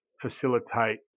facilitate